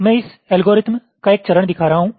इसलिए मैं इस एल्गोरिथम का एक चरण दिखा रहा हूं